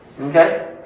okay